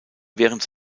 während